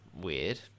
weird